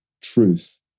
truth